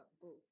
go